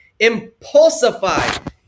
Impulsify